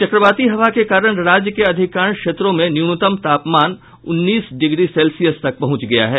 चक्रवाती हवा के कारण राज्य के अधिकतर क्षेत्रों में न्यूनतम तापमान उन्नीस डिग्री सेल्सियस तक पहुंच गया है